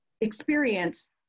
experience